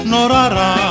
Norara